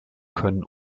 können